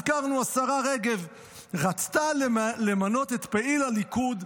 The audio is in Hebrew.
הזכרנו שהשרה רגב רצתה למנות את פעיל הליכוד,